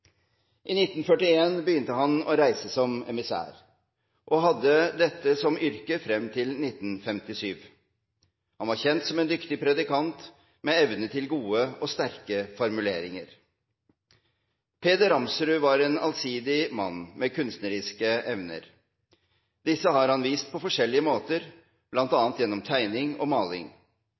I 1941 begynte han å reise som emissær og hadde dette som yrke frem til 1957. Han var kjent som en dyktig predikant med evne til gode og sterke formuleringer. Peder I. Ramsrud var en allsidig mann med kunstneriske evner. Disse har han vist på forskjellige måter, bl.a. gjennom tegning og maling.